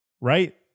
right